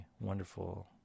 wonderful